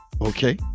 Okay